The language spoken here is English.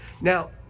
Now